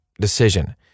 decision